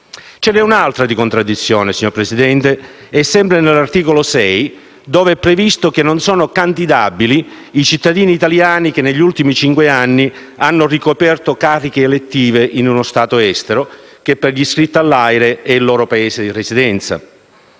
Vi è un'altra contraddizione, signor Presidente, sempre nell'articolo 6 ove è previsto che non sono candidabili i cittadini italiani che negli ultimi cinque anni hanno ricoperto cariche elettive in uno Stato estero, che per gli iscritti all'AIRE e il loro Paese di residenza.